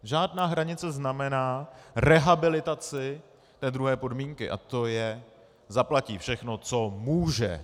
Žádná hranice znamená rehabilitaci té druhé podmínky, a to je zaplatí všechno, co může.